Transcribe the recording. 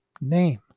name